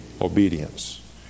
Obedience